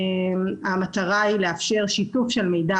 בצד הוולונטרי המטרה היא לאפשר שיתוף של מידע